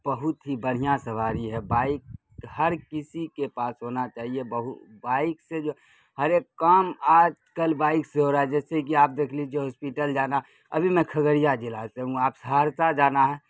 بہت ہی بڑھیاں سواری ہے بائک ہر کسی کے پاس ہونا چاہیے بائک سے جو ہر ایک کام آج کل بائک سے ہو رہا ہے جیسے کہ آپ دیکھ لیجیے ہاسپیٹل جانا ابھی میں کھگڑیا ضلع سے ہوں آپ سہرسہ جانا ہے